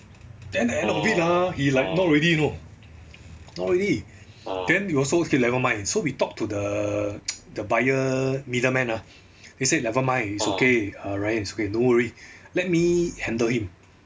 then end of it ah he like not ready you know not ready then he also okay nevermind so we talk to the the buyer middleman ah he said nevermind he's okay err ryan it's okay don't worry let me handle him